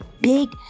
big